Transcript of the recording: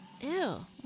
Ew